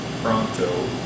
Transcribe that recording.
pronto